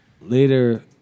later